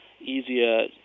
easier